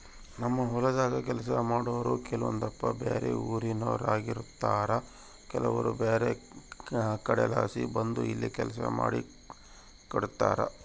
ನಮ್ಮ ಹೊಲದಾಗ ಕೆಲಸ ಮಾಡಾರು ಕೆಲವೊಂದಪ್ಪ ಬ್ಯಾರೆ ಊರಿನೋರಾಗಿರುತಾರ ಕೆಲವರು ಬ್ಯಾರೆ ಕಡೆಲಾಸಿ ಬಂದು ಇಲ್ಲಿ ಕೆಲಸ ಮಾಡಿಕೆಂಡಿರ್ತಾರ